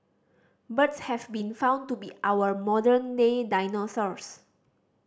birds have been found to be our modern day dinosaurs